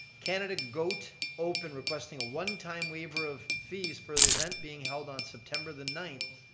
canada goat open requesting a one time waiver of fees for the event being held on september the ninth.